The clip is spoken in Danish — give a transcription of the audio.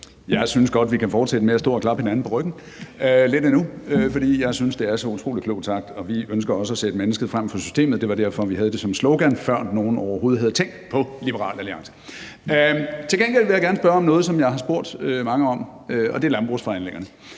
Jeg synes godt, vi kan fortsætte med at stå og klappe hinanden på ryggen lidt endnu, for jeg synes, det er så utrolig klogt sagt. Vi ønsker også at sætte mennesket frem for systemet. Det var derfor, vi havde det som slogan, før nogen overhovedet havde tænkt på Liberal Alliance. Til gengæld vil jeg gerne spørge om noget, som jeg har spurgt mange om, og det er landbrugsforhandlingerne.